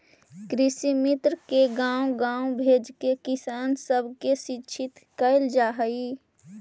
कृषिमित्र के गाँव गाँव भेजके किसान सब के शिक्षित कैल जा हई